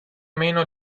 meno